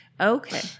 Okay